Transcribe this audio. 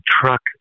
truck